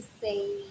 say